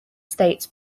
states